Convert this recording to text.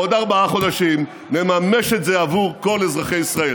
בעוד ארבעה חודשים נממש את זה עבור כל אזרחי ישראל.